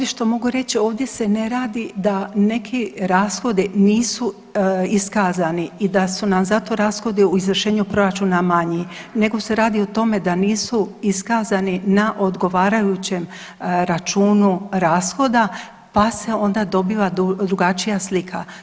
Evo ovdje što mogu reći ovdje se ne radi da neki rashodi nisu iskazani i da su nam zato rashodi u izvršenju proračuna manji nego se radi o tome da nisu iskazani na odgovarajućem računu rashoda pa se onda dobiva drugačija slika.